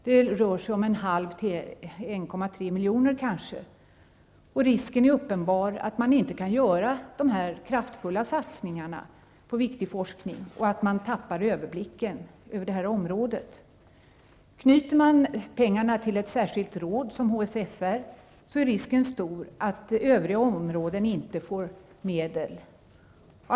Det rör sig kanske om 0,5 till 1,3 miljoner. Risken är uppenbar att man inte kan göra kraftfulla satsningar på viktig forskning och att man tappar överblicken. Knyter man pengarna till ett särskilt råd, t.ex. HSFR, är risken stor att övriga områden inte får medel.